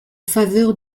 faveur